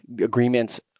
agreements